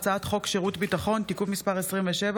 הצעת חוק שירות ביטחון (תיקון מס' 27,